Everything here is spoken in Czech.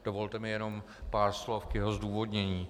Dovolte mi jenom pár slov k jeho zdůvodnění.